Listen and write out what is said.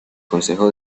consejo